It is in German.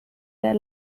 der